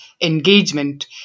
engagement